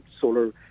solar